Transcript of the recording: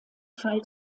fall